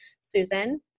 Susan